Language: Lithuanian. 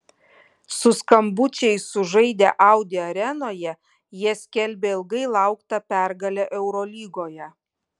su skambučiais sužaidę audi arenoje jie skelbė ilgai lauktą pergalę eurolygoje